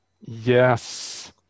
Yes